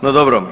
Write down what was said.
No dobro.